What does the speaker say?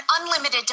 unlimited